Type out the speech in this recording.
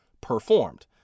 performed